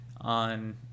On